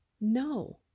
No